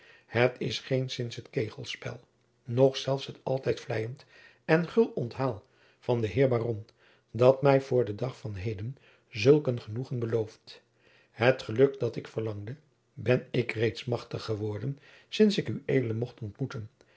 het is geenszins het kegelspel noch zelfs het altijd vleiend en gul onthaal van den heer baron dat mij voor den dag van heden zulk een genoegen belooft het geluk dat ik verlangde ben ik reeds machtig geworden sints ik ued mocht ontmoeten